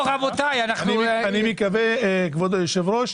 אני מקווה, כבוד היושב-ראש,